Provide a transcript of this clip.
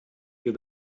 wir